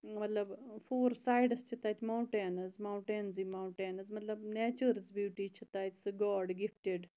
مَطلَب four sides چھِ تَتہِ ماوُنٹینز ماوُنٹینزی ماوُنٹینز نیچٲرز بیوٗٹی چھِ تَتہِ سۄ گاڈ گِفٹِڑ